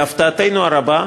להפתעתנו הרבה,